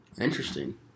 Interesting